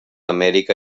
amèrica